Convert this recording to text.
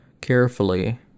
carefully